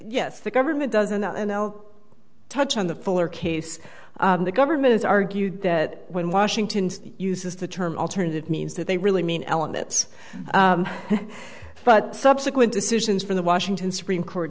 yes the government doesn't that and i'll touch on the fuller case the government has argued that when washington uses the term alternative means that they really mean elements but subsequent decisions from the washington supreme court